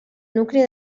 nucli